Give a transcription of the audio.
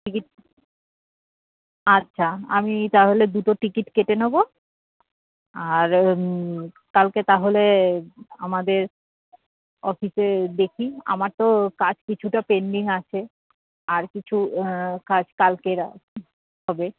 ticket আচ্ছা আমি তাহলে দুটো টিকিট কেটে নেবো আর কালকে তাহলে আমাদের অফিসে দেখি আমার তো কাজ কিছুটা পেন্ডিং আছে আর কিছু কাজ কালকের হবে